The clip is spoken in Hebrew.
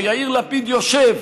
שיאיר לפיד יושב,